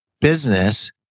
business